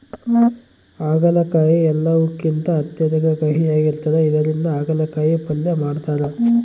ಆಗಲಕಾಯಿ ಎಲ್ಲವುಕಿಂತ ಅತ್ಯಧಿಕ ಕಹಿಯಾಗಿರ್ತದ ಇದರಿಂದ ಅಗಲಕಾಯಿ ಪಲ್ಯ ಮಾಡತಾರ